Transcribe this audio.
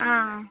ആ